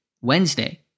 Wednesday